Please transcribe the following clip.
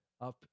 Up